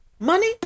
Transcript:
money